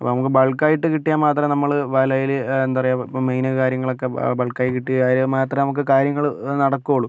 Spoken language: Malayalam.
അപ്പോൾ നമുക്ക് ബൾക്കായിട്ട് കിട്ടിയാൽ മാത്രമേ നമ്മൾ വലയിൽ എന്താ പറയുക ഇപ്പോൾ മീൻ കാര്യങ്ങളൊക്കെ ബ ബൾക്കായി കിട്ടിയാൽ മാത്രമേ നമുക്ക് കാര്യങ്ങൾ നടക്കുകയുള്ളൂ